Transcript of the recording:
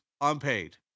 unpaid